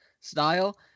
style